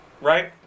right